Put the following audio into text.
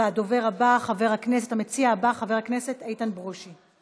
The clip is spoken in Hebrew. הדובר הבא, המציע הבא, חבר הכנסת איתן ברושי,